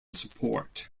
support